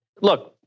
look